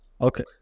okay